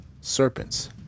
serpents